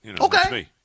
okay